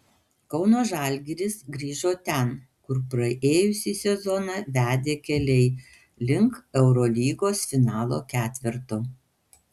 kauno žalgiris grįžo ten kur praėjusį sezoną vedė keliai link eurolygos finalo ketverto